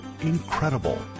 Incredible